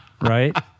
right